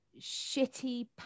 shitty